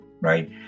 right